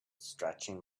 stretching